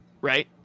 Right